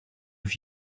have